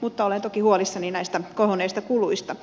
mutta olen toki huolissani näistä kohonneista kuluista